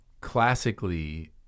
classically